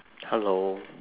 hello